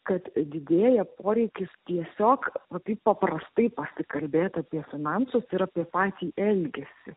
kad didėja poreikis tiesiog va taip paprastai pasikalbėt apie finansus ir apie patį elgesį